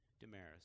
Damaris